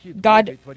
God